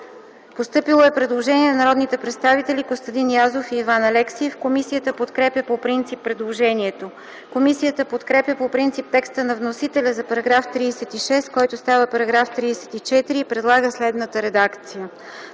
постъпило предложение от народните представители Костадин Язов и Иван Алексиев. Комисията подкрепя по принцип предложението. Комисията подкрепя по принцип текста на вносителя за § 36, който става § 34 и предлага следната редакция: